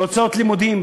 בהוצאות לימודים,